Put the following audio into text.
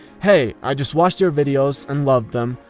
hey, i just watched your videos and loved them.